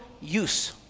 use